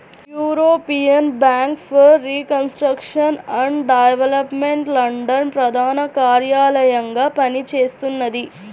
European bank for reconstruction and development London ప్రధాన కార్యాలయంగా పనిచేస్తున్నది